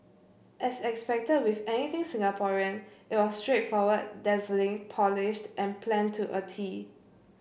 as expected with anything Singaporean it was straightforward dazzling polished and planned to a tee